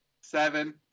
seven